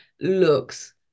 looks